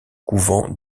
couvent